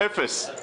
אפס.